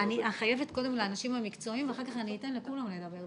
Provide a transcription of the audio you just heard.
חייבת קודם לאנשים המקצועיים ואחר כך אני אתן לכולם לדבר,